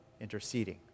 interceding